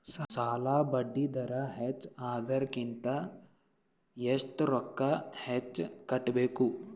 ಸಾಲಾ ಬಡ್ಡಿ ದರ ಹೆಚ್ಚ ಆದ್ರ ಕಂತ ಎಷ್ಟ ರೊಕ್ಕ ಹೆಚ್ಚ ಕಟ್ಟಬೇಕು?